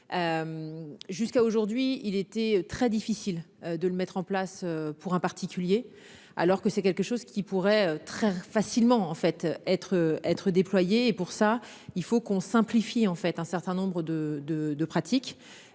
Jusqu'à aujourd'hui, il était très difficile de le mettre en place pour un particulier, alors que c'est quelque chose qui pourrait très facilement en fait être être déployés et pour ça il faut qu'on simplifie en fait un certain nombre de de de pratiques.